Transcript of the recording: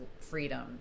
freedom